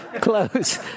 close